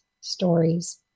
stories